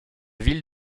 ville